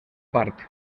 part